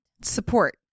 support